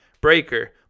Breaker